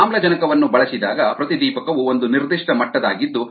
ಆಮ್ಲಜನಕವನ್ನು ಬಳಸಿದಾಗ ಪ್ರತಿದೀಪಕವು ಒಂದು ನಿರ್ದಿಷ್ಟ ಮಟ್ಟದಾಗಿದ್ದು